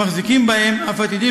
והמחזיקים בהם אף עתידים,